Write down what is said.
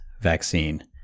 vaccine